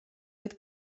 with